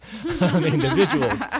individuals